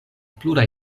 pluraj